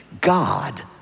God